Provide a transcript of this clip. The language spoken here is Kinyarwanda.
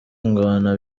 ingona